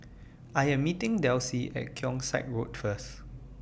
I Am meeting Delsie At Keong Saik Road First